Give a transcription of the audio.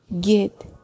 get